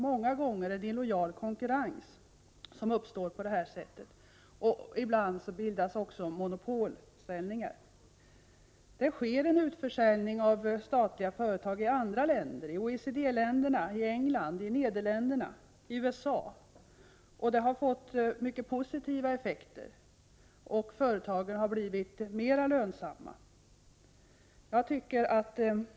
Många gånger uppstår en illojal konkurrens på det här sättet, och ibland bildas monopolställningar. I andra länder sker en utförsäljning av statliga företag — i OECD-länder som England, Nederländerna och USA — och det har fått mycket positiva effekter. Företagen har blivit mera lönsamma.